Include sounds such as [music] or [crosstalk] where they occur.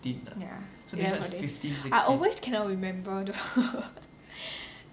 ya eleven fourteen I always cannot remember though [laughs]